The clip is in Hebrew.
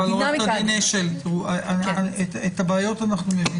עו"ד אשל, את הבעיות אנחנו מבינים.